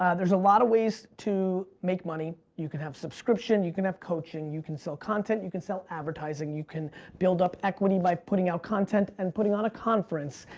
ah there's a lot of ways to make money. you could have subscription, you can have coaching, you can sell content, you can sell advertising, you can build up equity by putting out content and putting on a conference.